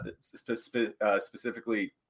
specifically